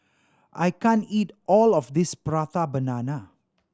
I can't eat all of this Prata Banana